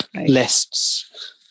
lists